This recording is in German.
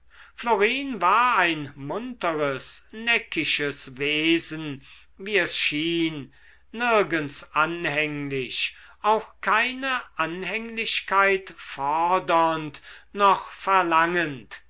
florine war ein munteres neckisches wesen wie es schien nirgends anhänglich auch keine anhänglichkeit fordernd noch verlangend